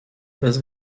bez